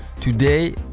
Today